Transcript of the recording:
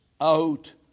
out